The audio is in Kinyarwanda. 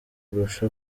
kurusha